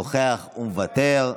נוכח ומוותר.